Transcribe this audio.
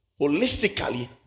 holistically